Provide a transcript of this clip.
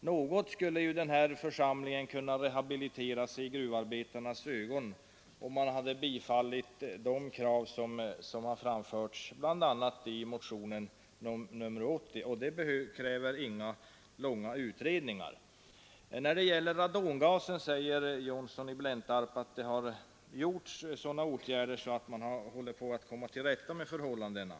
Något skulle den här församlingen kunna rehabilitera sig i gruvarbetarnas ögon om man biföll de krav som framförts bl.a. i motion 80, och det kräver inga långa utredningar. När det gäller radongasen säger herr Johnsson i Blentarp att det har vidtagits sådana åtgärder att man håller på att komma till rätta med förhållandena.